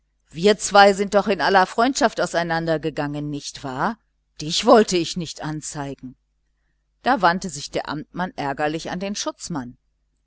wir zwei sind in aller freundschaft auseinandergegangen nicht wahr dich wollte ich nicht anzeigen da wandte sich der amtmann ärgerlich an den schutzmann